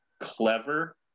clever